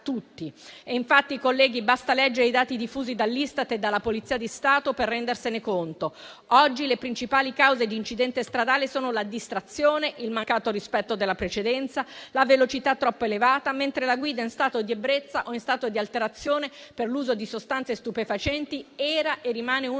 ci riguarda tutti. Basta leggere i dati diffusi dall'Istat e dalla Polizia di Stato per rendersene conto. Oggi le principali cause di incidente stradale sono la distrazione, il mancato rispetto della precedenza e la velocità troppo elevata, mentre la guida in stato di ebbrezza o in stato di alterazione per l'uso di sostanze stupefacenti era e rimane uno